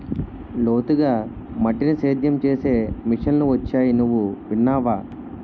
లోతుగా మట్టిని సేద్యం చేసే మిషన్లు వొచ్చాయి నువ్వు విన్నావా?